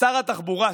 שר התחבורה,